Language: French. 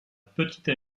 petite